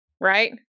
right